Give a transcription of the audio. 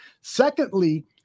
Secondly